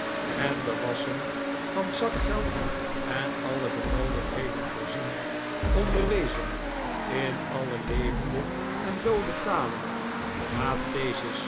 bewasschen van zakgeld en alle benoodigdheden voorzien onderwezen in alle levende en doode talen